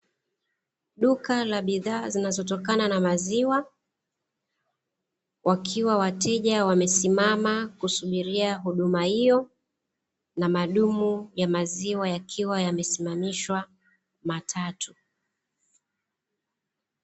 Duka la bidhaa zinazotokana na maziwa wakiwa wateja wamesimama kusubiria huduma hiyo, na madumu ya maziwa yakiwa yamesimamishwa matatu.